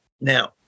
Now